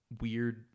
weird